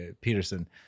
Peterson